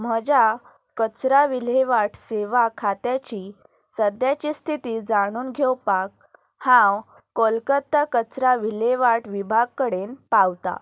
म्हज्या कचरा विलेवाट सेवा खात्याची सद्याची स्थिती जाणून घेवपाक हांव कोलकत्ता कचरा विलेवाट विभाग कडेन पावता